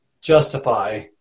justify